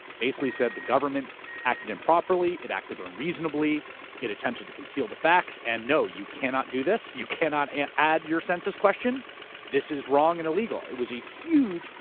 basically said the government acted improperly it acted unreasonably it attempted to conceal the facts, and no, you cannot do this. you cannot and add your census question this is wrong and illegal. it was a huge,